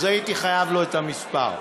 אז הייתי חייב לו את המספר.